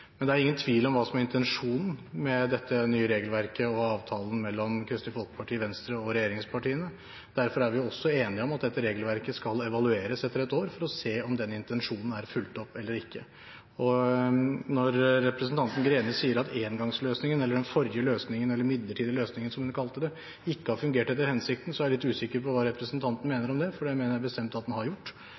Men det er ingen tvil om hva som er intensjonen med dette nye regelverket og avtalen mellom Kristelig Folkeparti, Venstre og regjeringspartiene. Derfor er vi også enige om at dette regelverket skal evalueres etter ett år, for å se om den intensjonen er fulgt opp eller ikke. Når representanten Greni sier at engangsløsningen eller den forrige løsningen eller den midlertidige løsningen, som hun kalte det, ikke har fungert etter hensikten, er jeg litt usikker på hva representanten mener med det, for det mener jeg bestemt at den har gjort.